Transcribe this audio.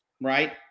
Right